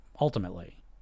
ultimately